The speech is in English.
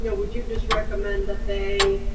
yeah would you just recommend that they